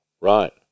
Right